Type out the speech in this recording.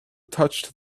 touched